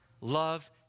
love